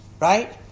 right